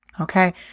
Okay